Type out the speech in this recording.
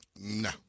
no